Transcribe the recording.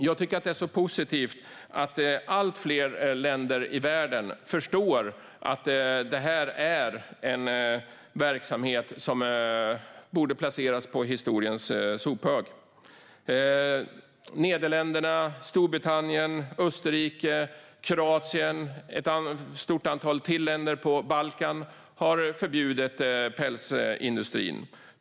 Jag tycker att det är positivt att allt fler länder i världen förstår att det här är en verksamhet som borde placeras på historiens sophög. Nederländerna, Storbritannien, Österrike, Kroatien och ett stort antal andra länder på Balkan har förbjudit pälsindustrin.